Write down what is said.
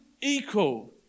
equal